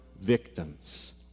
victims